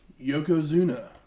Yokozuna